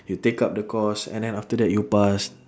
you take up the course and then after that you pass